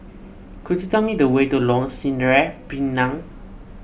could you tell me the way to Lorong Sireh Pinang